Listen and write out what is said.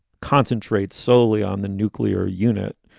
concentrate solely on the nuclear unit